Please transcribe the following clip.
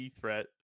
threat